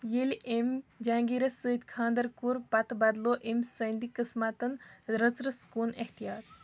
ییٚلہِ أمۍ جہانگیٖرس سۭتۍ خانٛدر کوٚر پتہٕ بدلو أمۍ سٕنٛدۍ قٕسمتن رٕژرَس کُن احتیات